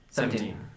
Seventeen